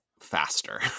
faster